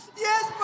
Yes